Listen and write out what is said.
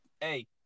hey